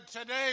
today